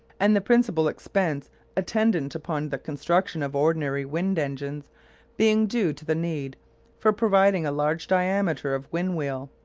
and the principal expense attendant upon the construction of ordinary wind-engines being due to the need for providing a large diameter of wind-wheel,